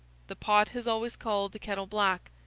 the pot has always called the kettle black.